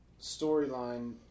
storyline